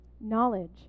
knowledge